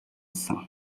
сан